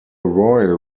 royal